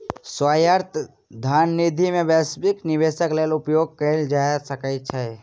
स्वायत्त धन निधि के वैश्विक निवेशक लेल उपयोग कयल जा सकै छै